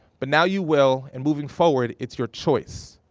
but now you will and moving forward it's your choice.